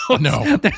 no